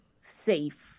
safe